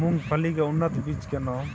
मूंगफली के उन्नत बीज के नाम?